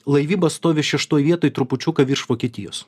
laivyba stovi šeštoje vietoj trupučiuką virš vokietijos